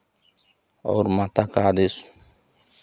और माता का आदेश